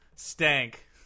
Stank